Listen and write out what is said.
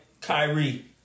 Kyrie